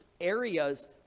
areas